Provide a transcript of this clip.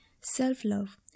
self-love